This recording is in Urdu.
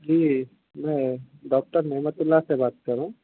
جی میں ڈاکٹر نعمت اللہ سے بات کر رہا ہوں